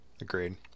agreed